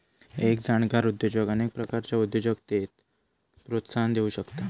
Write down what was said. एक जाणकार उद्योजक अनेक प्रकारच्या उद्योजकतेक प्रोत्साहन देउ शकता